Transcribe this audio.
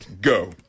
go